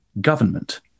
government